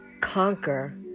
conquer